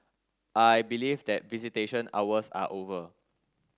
I believe that visitation hours are over